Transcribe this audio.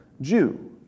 Jew